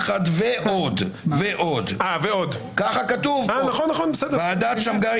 התייחס לוועדת אגרנט וגם לוועדת שמגר,